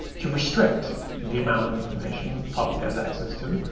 to restrict the amount of information the public has access to.